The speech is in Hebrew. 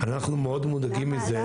אנחנו מאוד מודאגים מזה.